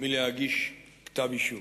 מלהגיש כתב אישום.